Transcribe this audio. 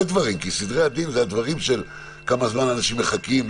דברים כי סדרי הדין זה הדברים של כמה זמן אנשים מחכים,